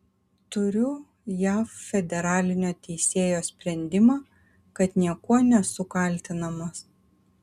turiu jav federalinio teisėjo sprendimą kad niekuo nesu kaltinamas